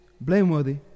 blameworthy